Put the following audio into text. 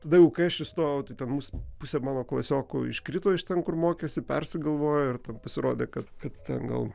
tada jau kai aš įstojau ten mūs pusė mano klasiokų iškrito iš ten kur mokėsi persigalvojo ir ten pasirodė kad kad ten gal